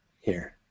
here